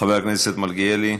חבר הכנסת מלכיאלי,